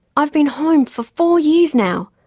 i've been home for four years now,